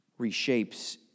reshapes